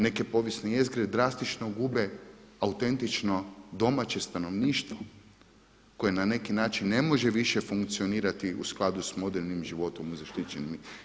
Neke povijesne jezgre drastično gube autentično domaće stanovništvo koje na neki način ne može više funkcionirati u skladu sa modernim životom u zaštićenim.